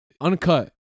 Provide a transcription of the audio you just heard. Uncut